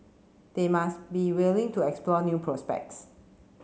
they must be willing to explore new prospects